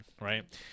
right